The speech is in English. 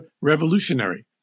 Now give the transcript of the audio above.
revolutionary